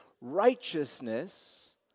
righteousness